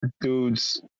Dudes